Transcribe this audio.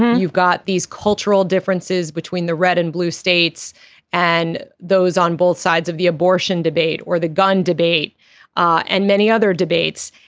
you've got these cultural differences between the red and blue states and those on both sides of the abortion debate or the gun debate and many other debates.